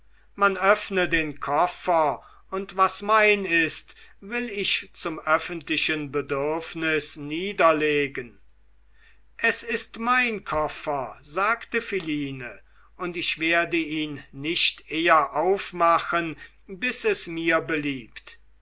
man öffne den koffer und was mein ist will ich zum öffentlichen bedürfnis niederlegen es ist mein koffer sagte philine und ich werde ihn nicht eher aufmachen bis es mir beliebt